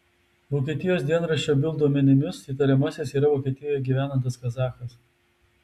vokietijos dienraščio bild duomenimis įtariamasis yra vokietijoje gyvenantis kazachas